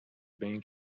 بین